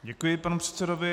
Děkuji panu předsedovi.